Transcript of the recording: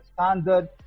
standard